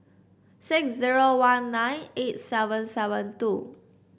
six zero one nine eight seven seven two